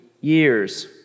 years